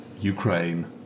Ukraine